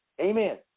Amen